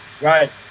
Right